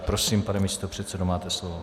Prosím, pane místopředsedo, máte slovo.